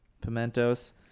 Pimentos